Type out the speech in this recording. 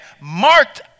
marked